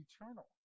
eternal